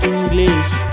English